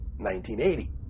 1980